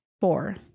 Four